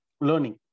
learning